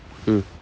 mm